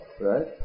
right